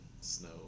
snow